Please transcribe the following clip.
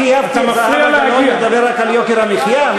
אני חייבתי את זהבה גלאון לדבר רק על יוקר המחיה?